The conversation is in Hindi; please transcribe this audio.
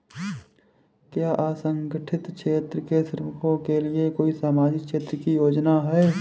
क्या असंगठित क्षेत्र के श्रमिकों के लिए कोई सामाजिक क्षेत्र की योजना है?